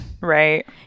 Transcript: Right